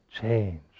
change